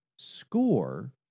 score